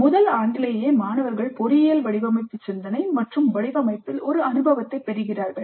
முதல் ஆண்டிலேயே மாணவர்கள் பொறியியல் வடிவமைப்பு சிந்தனை மற்றும் வடிவமைப்பில் ஒரு அனுபவத்தைப் பெறுகிறார்கள்